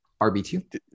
RB2